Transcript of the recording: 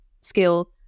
skill